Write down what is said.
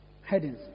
headings